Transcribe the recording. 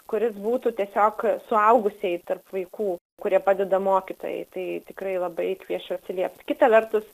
kuris būtų tiesiog suaugusieji tarp vaikų kurie padeda mokytojai tai tikrai labai kvieščiau atsiliept kita vertus